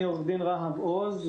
אני עו"ד רהב עוז.